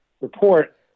report